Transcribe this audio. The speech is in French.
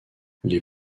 les